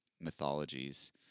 mythologies